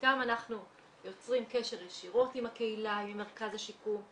שאיתם אנחנו יוצרים קשר ישירות עם הקהילה ועם מרכז השיקום.